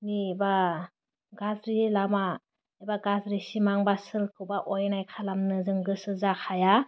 नि बा गाज्रि लामा एबा गाज्रि सिमां बा सोरखौबा अन्याय खालामनो गोसो जाखाया